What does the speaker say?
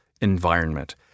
environment